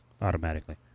automatically